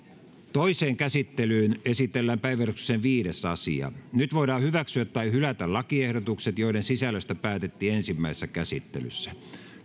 toiseen käsittelyyn esitellään päiväjärjestyksen viides asia nyt voidaan hyväksyä tai hylätä lakiehdotukset joiden sisällöstä päätettiin ensimmäisessä käsittelyssä